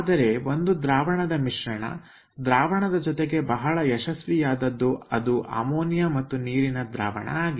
ಆದರೆ ಒಂದು ದ್ರಾವಣದ ಮಿಶ್ರಣ ದ್ರಾವಣದ ಜೊತೆ ಬಹಳ ಯಶಸ್ವಿಯಾದದ್ದು ಅದು ಅಮೋನಿಯಾ ಮತ್ತು ನೀರಿನ ದ್ರಾವಣ ಆಗಿದೆ